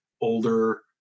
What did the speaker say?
older